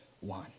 one